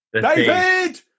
David